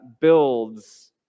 builds